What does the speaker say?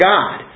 God